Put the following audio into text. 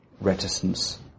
reticence